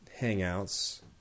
hangouts